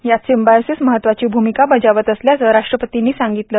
यात सिम्बॉयसिस महत्त्वाची भूमिका बजावत असल्याचे राष्ट्रपतींनी सांगितले